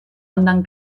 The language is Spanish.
andan